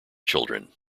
children